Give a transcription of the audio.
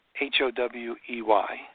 H-O-W-E-Y